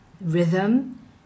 rhythm